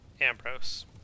Ambrose